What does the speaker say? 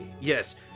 Yes